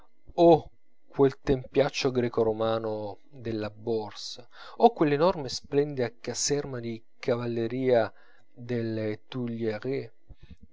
o quel tempiaccio greco romano della borsa o quell'enorme e splendida caserma di cavalleria delle